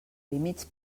límits